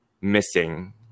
missing